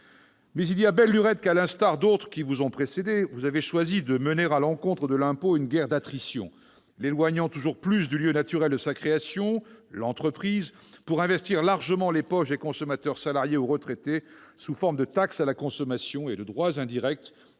il y a belle lurette que, à l'instar d'autres qui vous ont précédé, vous avez choisi de mener à l'encontre de l'impôt une guerre d'attrition, l'éloignant toujours plus du lieu naturel de sa création- l'entreprise -pour investir largement les poches des consommateurs salariés ou retraités, sous forme de taxes à la consommation et de droits indirects,